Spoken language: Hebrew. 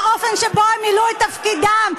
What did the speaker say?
לאופן שבו הם מילאו את תפקידם,